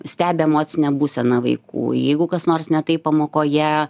stebi emocinę būseną vaikų jeigu kas nors ne taip pamokoje